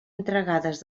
entregades